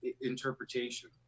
interpretation